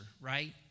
right